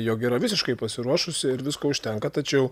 jog yra visiškai pasiruošusi ir visko užtenka tačiau